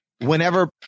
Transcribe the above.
Whenever